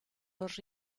los